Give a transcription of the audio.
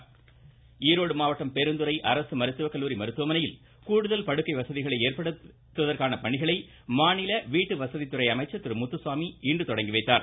முத்துசாமி ஈரோடு மாவட்டம் பெருந்துறை அரசு மருத்துவக்கல்லூரி மருத்துவமனையில் கூடுதல் படுக்கை வசதிகளை ஏற்படுத்துவதற்கான பணிகளை மாநில வீட்டு வசதித்துறை அமைச்சர் திரு முத்துசாமி இன்று தொடங்கிவைத்தார்